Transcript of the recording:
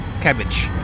Cabbage